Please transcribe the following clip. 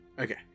okay